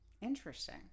Interesting